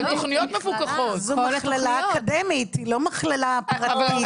זו מכללה אקדמית, היא לא מכללה פרטית.